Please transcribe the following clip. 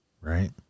right